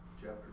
chapter